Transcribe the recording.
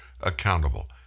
accountable